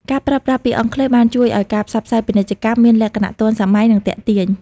ការប្រើប្រាស់ពាក្យអង់គ្លេសបានជួយឱ្យការផ្សព្វផ្សាយពាណិជ្ជកម្មមានលក្ខណៈទាន់សម័យនិងទាក់ទាញ។